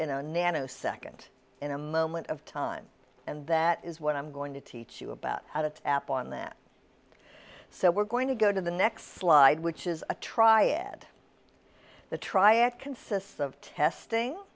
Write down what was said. in a nanosecond in a moment of time and that is what i'm going to teach you about how to tap on that so we're going to go to the next slide which is a triad the triad consists of testing